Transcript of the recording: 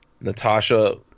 Natasha